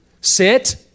sit